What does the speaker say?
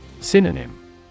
Synonym